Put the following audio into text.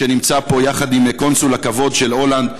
שנמצא פה יחד עם קונסול הכבוד של הולנד,